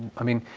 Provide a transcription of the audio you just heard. i mean,